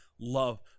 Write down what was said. love